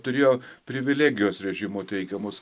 turėjo privilegijos režimo teikiamos